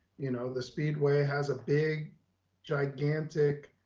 you know the speedway has a big gigantic,